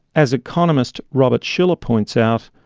as economists robert shiller points out,